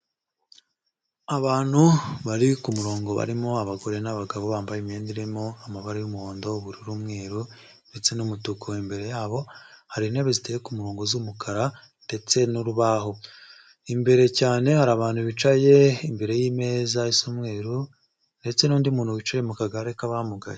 Abantu bari ku murongo barimo abagore n'abagabo bambaye imyenda irimo amabara y'umuhondo, ubururu, umweru ndetse n'umutuku. Imbere yabo hari intebe ziteye ku murongo z'umukara ndetse n'urubaho. Imbere cyane hari abantu bicaye imbere y'imeza isa umweru ndetse n'undi muntu wicaye mu kagare k'abamugaye.